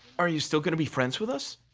are you still gonna be friends with us?